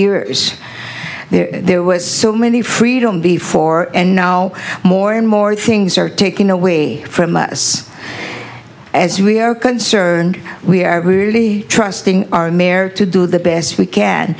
years there was so many freedom before and now more and more things are taken away from us as we are concerned we are really trusting our mayor to do the best we can